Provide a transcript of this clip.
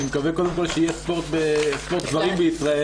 אני מקווה שיהיה ספורט גברים בישראל,